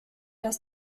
das